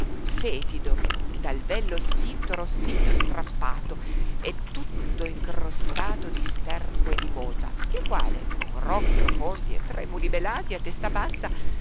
fetido dal vello stinto rossigno strappato e tutto incrostato di sterco e di mota il quale con rochi profondi e tremuli belati a testa bassa